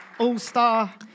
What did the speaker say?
All-star